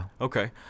Okay